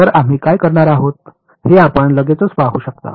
तर आम्ही काय करणार आहोत हे आपण लगेचच पाहू शकता